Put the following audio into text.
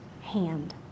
hand